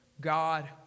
God